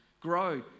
Grow